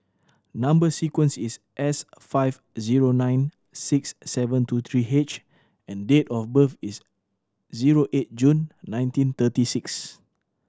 number sequence is S five zero nine six seven two three H and date of birth is zero eight June nineteen thirty six